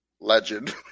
Legend